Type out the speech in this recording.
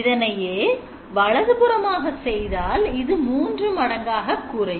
இதனையே வலது புறமாக செய்தாள் இது மூன்று மடங்காக குறையும்